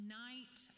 night